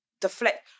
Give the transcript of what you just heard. deflect